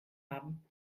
haben